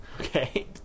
Okay